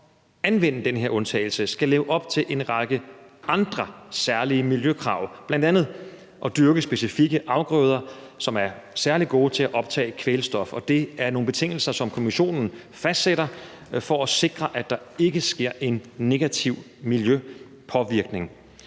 at anvende den her undtagelse, skal leve op til en række andre særlige miljøkrav, bl.a. at dyrke specifikke afgrøder, som er særlig gode til at optage kvælstof, og det er nogle betingelser, som Kommissionen fastsætter for at sikre, at der ikke sker en negativ miljøpåvirkning.